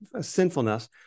sinfulness